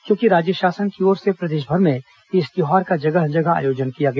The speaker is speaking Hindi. क्योंकि राज्य शासन की ओर से प्रदेशभर में इस त्यौहार का जगह जगह आयोजन किया गया